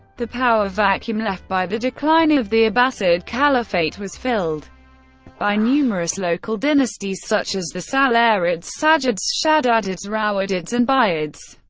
the power vacuum left by the decline of the abbasid caliphate was filled by numerous local dynasties such as the sallarids, sallarids, sajids, shaddadids, rawadids and buyids.